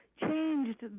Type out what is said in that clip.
changed